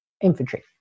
infantry